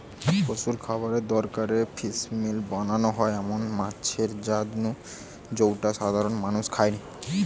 পশুর খাবারের দরকারে ফিসমিল বানানা হয় এমন মাছের জাত নু জউটা সাধারণত মানুষ খায়নি